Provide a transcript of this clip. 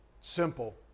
simple